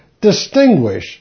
distinguish